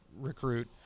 recruit